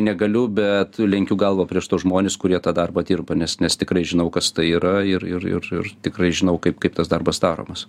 negaliu bet lenkiu galvą prieš tuos žmones kurie tą darbą dirba nes nes tikrai žinau kas tai yra ir ir ir ir tikrai žinau kaip kaip tas darbas daromas